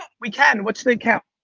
we can, what's the account?